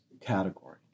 category